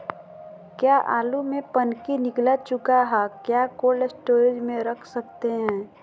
क्या आलु में पनकी निकला चुका हा क्या कोल्ड स्टोरेज में रख सकते हैं?